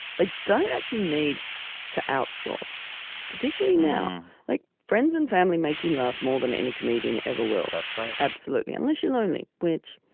they don't actually need to outsource particularly now like friends and family make you laugh more than any comedian ever will. that's right. absolutely unless you're lonely which